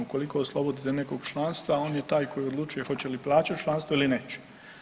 Ukoliko oslobodite nekog članstva on je taj koji odlučuje hoće li plaćati članstvo ili neće.